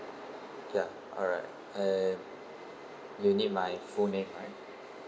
ya alright uh you need my full name right